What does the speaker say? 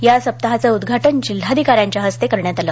या सप्ताहाचं उदघाटन जिल्हाधिकाऱ्यांच्या हस्ते करण्यात आलं